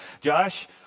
Josh